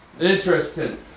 interesting